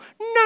no